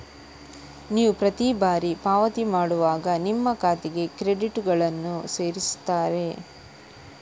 ನೀವು ಪ್ರತಿ ಬಾರಿ ಪಾವತಿ ಮಾಡುವಾಗ ನಿಮ್ಮ ಖಾತೆಗೆ ಕ್ರೆಡಿಟುಗಳನ್ನ ಸೇರಿಸ್ತಾರೆ